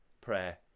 prayer